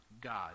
God